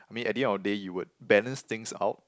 I mean at the end of the day you would balance things out